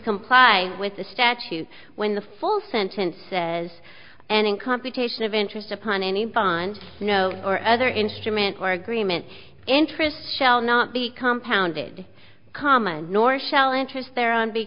comply with the statute when the full sentence says and complication of interest upon any bonds snow or other instrument or agreement interest shall not be compounded common nor shall interest their own be